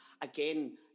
again